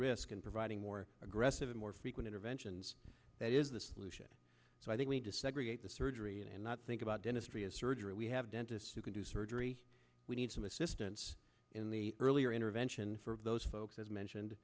risk in providing more aggressive and more frequent interventions that is the solution so i think we need to segregate the surgery and not think about dentistry as surgery we have dentists who can do surgery we need some assistance in the earlier intervention for those folks as mentioned